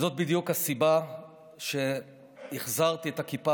וזאת בדיוק הסיבה שהחזרתי את הכיפה